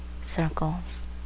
Circles